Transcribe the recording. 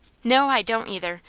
no, i don't, either!